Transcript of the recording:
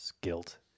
guilt